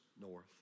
north